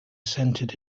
centered